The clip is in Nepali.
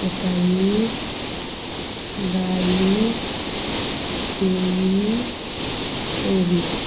एक्काइस बाइस तेइस चौबिस